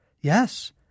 Yes